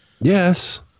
Yes